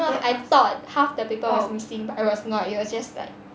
no I thought half the paper was missing but it was not yours it was just like